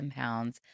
pounds